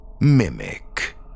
Mimic